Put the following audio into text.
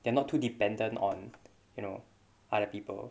they're not too dependent on you know other people